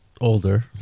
older